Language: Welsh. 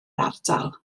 ardal